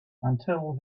until